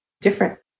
different